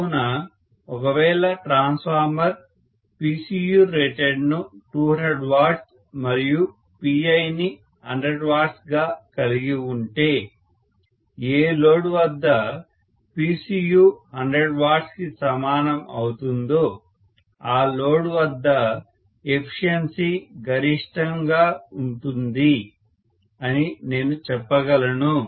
కావున ఒకవేళ transformer PCUrated ను 200 W మరియు Pi ని 100W గా కలిగి ఉంటే ఏ లోడ్ వద్ద PCU100 W కి సమానం అవుతుందో ఆ లోడ్ వద్ద ఎఫిషియన్సి గరిష్టంగా ఉంటుంది అని నేను చెప్పగలను